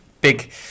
Big